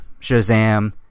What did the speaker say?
Shazam